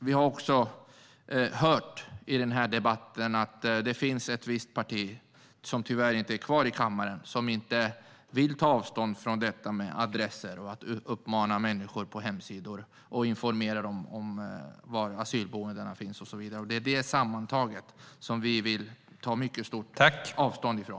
Vi har också i denna debatt hört att det finns ett visst parti - deras representant är tyvärr inte kvar här i kammaren - som inte vill ta avstånd från detta med att på hemsidor uppmana människor till olika saker och informera dem om adresser till asylboenden och så vidare. Detta sammantaget vill vi ta mycket stort avstånd från.